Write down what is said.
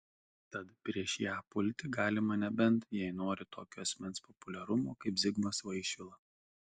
tad prieš ją pulti galima nebent jei nori tokio asmens populiarumo kaip zigmas vaišvila